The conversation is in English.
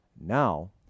Now